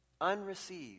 unreceived